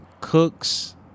Cooks